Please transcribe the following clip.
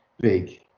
big